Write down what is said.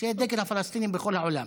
זה דגל הפלסטינים בכל העולם.